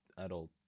adult